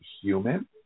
Human